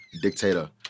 dictator